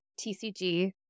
tcg